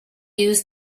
used